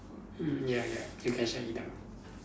mm ya ya you can shut it down